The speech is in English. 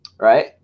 right